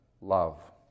love